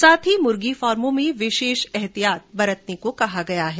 साथ ही मुर्गी फार्मो में विशेष ऐहतियात बरतने को कहा है